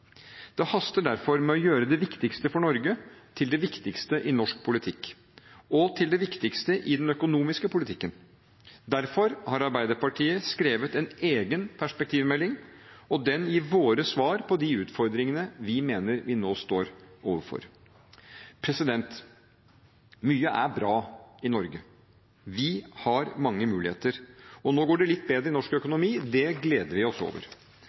Det haster derfor med å gjøre det viktigste for Norge til det viktigste i norsk politikk – og til det viktigste i den økonomiske politikken. Derfor har Arbeiderpartiet skrevet en egen perspektivmelding, og den gir våre svar på de utfordringene vi mener vi nå står overfor. Mye er bra i Norge. Vi har mange muligheter. Nå går det litt bedre med norsk økonomi. Det gleder vi oss over.